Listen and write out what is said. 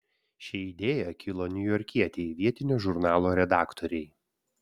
ši idėja kilo niujorkietei vietinio žurnalo redaktorei